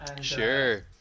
Sure